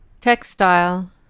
Textile